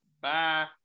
Bye